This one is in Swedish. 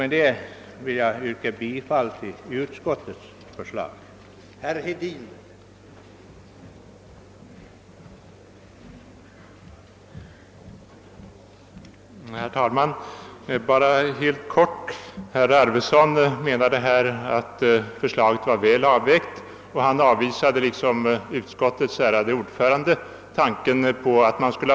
Med dessa ord ber jag att få yrka bifall till utskottets hemställan.